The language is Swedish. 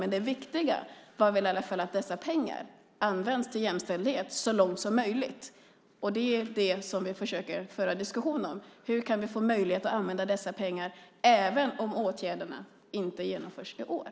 Men det viktiga var väl i varje fall att dessa pengar används till jämställdhet så långt som möjligt. Det är vad vi försöker att föra diskussion om. Hur kan vi få möjlighet att använda dessa pengar även om åtgärderna inte genomförs i år?